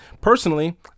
Personally